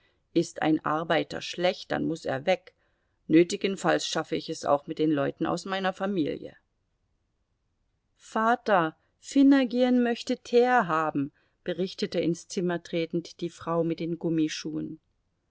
ist ein arbeiter schlecht dann muß er weg nötigenfalls schaffe ich es auch mit den leuten aus meiner familie vater finogen möchte teer haben berichtete ins zimmer tretend die frau mit den gummischuhen